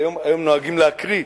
היום נוהגים להקריא,